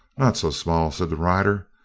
not so small, said the rider.